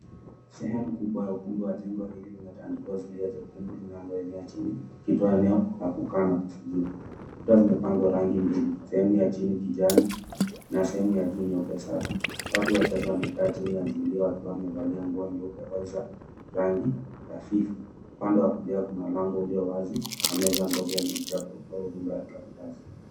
Sehemu kubwa ya ukumbi wa jengo hili limetandikwa zulia jekundu linaloenea chini ikitoa eneo la kusali na kusujudu. Kuta zimepakwa rangi mbili, sehemu ya chini kijani na sehemu ya juu nyeupe safi. Watu wachache wamekaa chini ya zulia wakiwa wamevalia nguo nyeupe au za rangi hafifu. Upande wa kulia kuna mlango ulio wazi na meza ndogo yenye vitabu au rundo ya karatasi